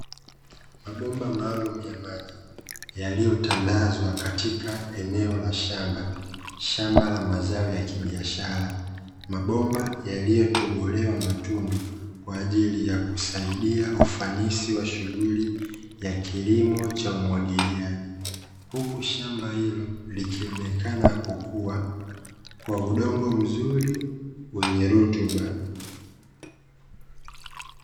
Mabomba maalumu ya maji yaliyotandazwa katika eneo la shamba, shamba la mazao ya kibiashara. Mabomba yaliyotobolewa matundu kwa ajili ya kusaidia ufanisi wa shughuli ya kilimo cha umwagiliaji, huku shamba hilo likionekana kukua kwa udongo mzuri wenye rutuba.